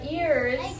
ears